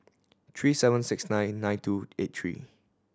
three seven six nine nine two eight three